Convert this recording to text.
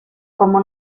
como